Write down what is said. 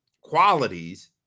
qualities